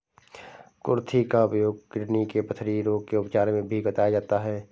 कुर्थी का उपयोग किडनी के पथरी रोग के उपचार में भी बताया जाता है